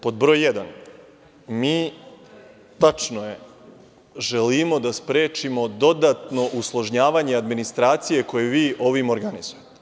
Pod broj 1 – tačno je, mi želimo da sprečimo dodatno usložnjavanje administracije koju vi ovim organizujete.